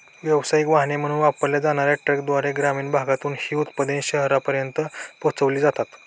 व्यावसायिक वाहने म्हणून वापरल्या जाणार्या ट्रकद्वारे ग्रामीण भागातून ही उत्पादने शहरांपर्यंत पोहोचविली जातात